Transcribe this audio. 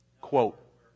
quote